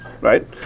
right